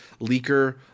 leaker